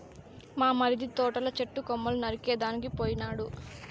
మా మరిది తోటల చెట్టు కొమ్మలు నరికేదానికి పోయినాడు